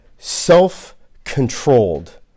Self-controlled